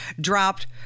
dropped